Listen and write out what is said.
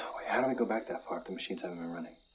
how do we go back that far if the machines haven't been running?